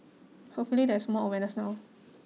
hopefully there is more awareness now